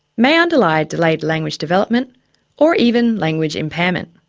may underlie delayed language development or even language impairment.